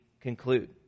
conclude